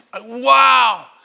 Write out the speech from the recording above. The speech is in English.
wow